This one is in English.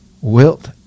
wilt